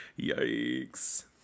Yikes